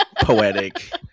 Poetic